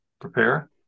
prepare